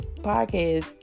podcast